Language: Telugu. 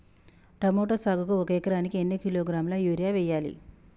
టమోటా సాగుకు ఒక ఎకరానికి ఎన్ని కిలోగ్రాముల యూరియా వెయ్యాలి?